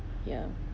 ya